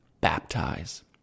baptize